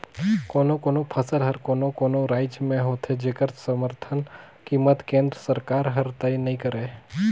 कोनो कोनो फसल हर कोनो कोनो रायज में होथे जेखर समरथन कीमत केंद्र सरकार हर तय नइ करय